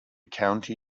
county